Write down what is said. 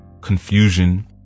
confusion